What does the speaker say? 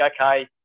okay